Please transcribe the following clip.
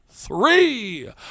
three